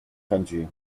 kanji